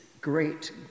great